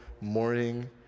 morning